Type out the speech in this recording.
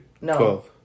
No